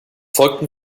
folgten